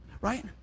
Right